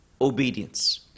obedience